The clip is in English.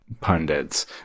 pundits